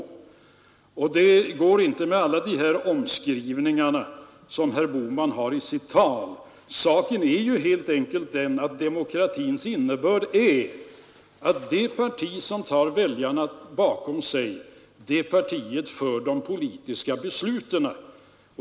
Trots alla omskrivningar som herr Bohman gjorde i sitt tal är demokratins innebörd helt enkelt den att det parti som har väljarna bakom sig leder de politiska besluten.